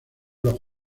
los